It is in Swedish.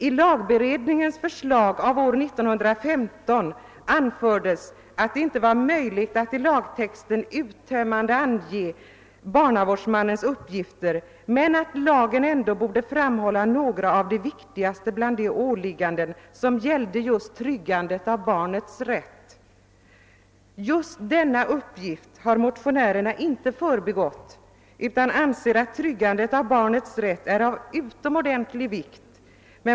I lagberedningens förslag av år 1915 anfördes att det inte var möjligt att i lagtexten uttömmande ange barnavårdsmannens uppgifter men att lagen ändå borde framhålla några av de viktigaste bland de åligganden som gällde tryggandet av barnets rätt. Just denna uppgift har motionärerna inte förbigått, utan de anser att tryggandet av barnets rätt är av utomordentligt vikt.